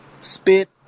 spit